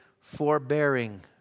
forbearing